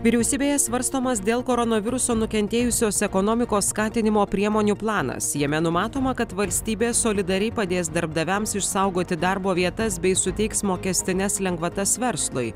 vyriausybėje svarstomas dėl koronaviruso nukentėjusios ekonomikos skatinimo priemonių planas jame numatoma kad valstybė solidariai padės darbdaviams išsaugoti darbo vietas bei suteiks mokestines lengvatas verslui